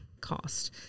cost